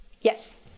Yes